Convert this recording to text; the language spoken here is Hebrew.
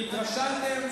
התרשלתם.